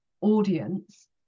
audience